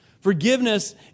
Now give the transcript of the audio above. Forgiveness